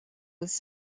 was